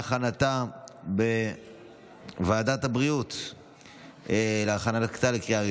לוועדת הבריאות נתקבלה.